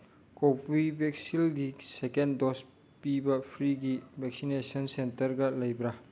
ꯀꯣꯕꯤꯚꯦꯛꯁꯤꯜꯒꯤ ꯁꯦꯀꯦꯟ ꯗꯣꯁ ꯄꯤꯕ ꯐ꯭ꯔꯤꯒꯤ ꯚꯦꯛꯁꯤꯅꯦꯁꯟ ꯁꯦꯟꯇꯔꯒ ꯂꯩꯕ꯭ꯔꯥ